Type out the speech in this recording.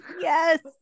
Yes